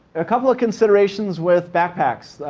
a couple of considerations with backpacks.